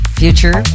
future